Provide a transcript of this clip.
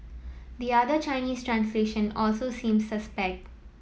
the other Chinese translation also seems suspect